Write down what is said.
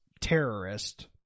terrorist